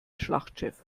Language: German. schlachtschiff